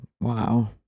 Wow